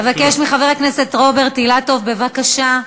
אבקש מחבר הכנסת רוברט אילטוב, בבקשה.